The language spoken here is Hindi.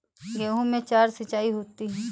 गेहूं में चार सिचाई होती हैं